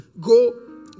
go